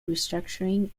restructuring